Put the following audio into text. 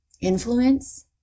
influence